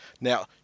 Now